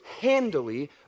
handily